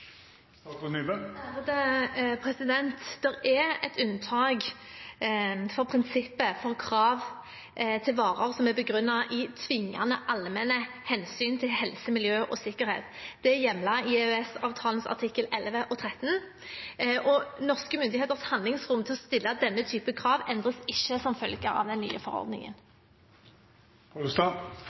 Det er et unntak for prinsippet for krav til varer, som er begrunnet i tvingende allmenne hensyn til helse, miljø og sikkerhet. Det er hjemlet i EØS-avtalens artikler 11 og 13. Norske myndigheters handlingsrom til å stille denne typen krav endres ikke som følge av den nye